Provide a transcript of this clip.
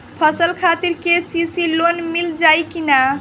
फसल खातिर के.सी.सी लोना मील जाई किना?